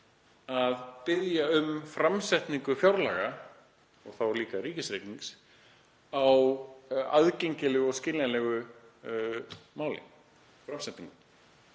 að biðja um framsetningu fjárlaga og líka ríkisreiknings á aðgengilegu og á skiljanlegu máli. Það er